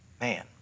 Man